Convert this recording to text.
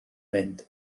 mynd